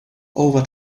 over